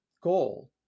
goal